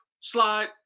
slide